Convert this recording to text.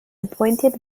appointed